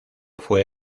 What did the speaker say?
fue